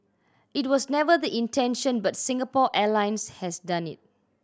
it was never the intention but Singapore Airlines has done it